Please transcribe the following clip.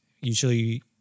usually